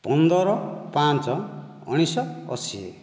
ପନ୍ଦର ପାଞ୍ଚ ଉଣେଇଶ ଅଶି